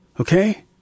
Okay